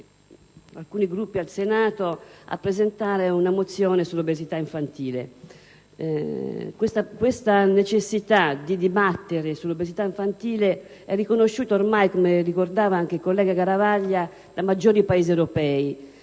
alcuni Gruppi al Senato a presentare una mozione sull'obesità infantile. La necessità di dibattere sull'obesità infantile è riconosciuta ormai - come ricordava il collega Garavaglia - dai maggiori Paesi europei,